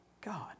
God